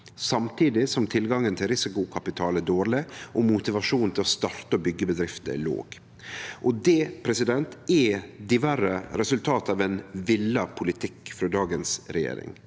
samtidig som tilgangen til risikokapital er dårleg, og motivasjonen til å starte og byggje bedrifter er låg. Det er diverre eit resultat av ein vilja politikk frå dagens regjering.